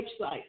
website